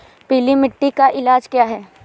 पीली मिट्टी का इलाज क्या है?